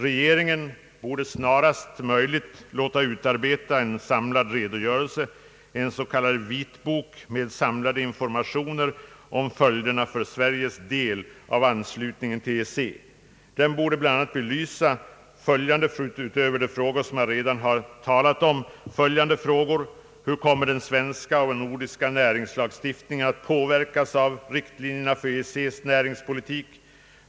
Regeringen borde snarast möjligt låta utarbeta en samlad redogörelse, en s.k. vitbok, med samlade informationer om följderna för Sveriges del av en anslutning till EEC. Den borde bl.a. belysa följande frågor utöver vad jag redan har berört: 1. Hur kommer den svenska och nordiska näringslagstiftningen att påverkas av riktlinjerna för EEC:s näringspolitik? 2.